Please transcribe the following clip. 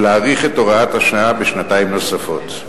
ולהאריך את תוקף הוראת השעה בשנתיים נוספות.